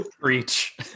Preach